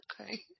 Okay